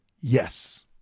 Yes